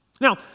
Now